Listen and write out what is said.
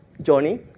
Johnny